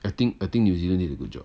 I think I think New Zealand did a good job